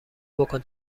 بکن